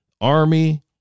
Army